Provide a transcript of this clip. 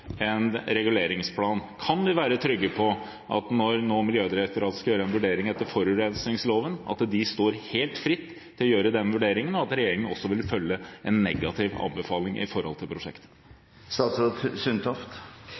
en reguleringsplan. Kan vi være trygge på, når Miljødirektoratet nå skal gjøre en vurdering etter forurensningsloven, at de står helt fritt til å gjøre den vurderingen, og at regjeringen også vil følge en negativ anbefaling med hensyn til